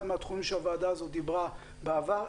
מהתחומים שהוועדה הזאת דיברה עליהם בעבר,